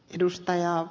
edustaja